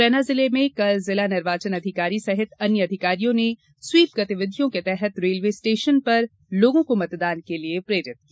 मुरैना जिले में कल जिला निर्वाचन अधिकारी सहित अन्य अधिकारियों ने स्वीप गतिविधियों के तहत रेलवे स्टेशन पर लोगों को मतदान के लिए प्रेरित किया